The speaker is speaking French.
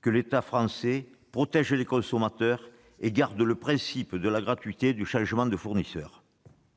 que la France protège les consommateurs et conserve le principe de la gratuité du changement de fournisseur.